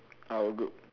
our group